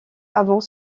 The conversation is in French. avant